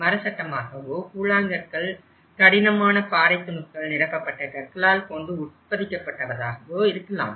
மர சட்டமாகவோ கூழாங்கற்கள் கடினமான பாறை துணுக்குகள் நிரப்பப்பட்ட கற்களால் கொண்டு உட்பொதிக்கப்பட்டதாகவோ இருக்கலாம்